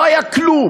לא היה כלום.